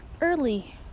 early